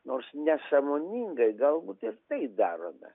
nors nesąmoningai galbūt ir tai darome